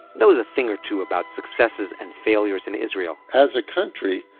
knows a thing or two about successes and failures in israel as a country,